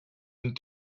and